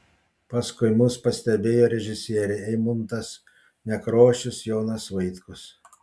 paskui mus pastebėjo režisieriai eimuntas nekrošius jonas vaitkus